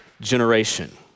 generation